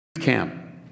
camp